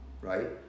Right